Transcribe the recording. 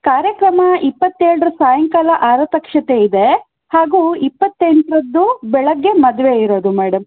ಕಾರ್ಯಕ್ರಮ ಇಪ್ಪತ್ತೇಳರ ಸಾಯಂಕಾಲ ಆರತಕ್ಷತೆ ಇದೆ ಹಾಗೂ ಇಪ್ಪತ್ತೆಂಟರದ್ದು ಬೆಳಗ್ಗೆ ಮದುವೆ ಇರೋದು ಮೇಡಮ್